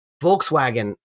volkswagen